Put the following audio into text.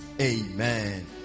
Amen